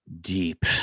deep